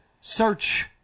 Search